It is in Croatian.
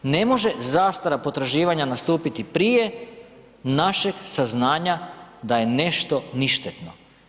Ne može zastara potraživanja nastupiti prije našeg saznanja da je nešto ništetno.